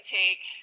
take